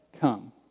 come